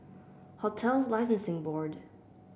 Hotels Licensing Board